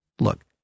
Look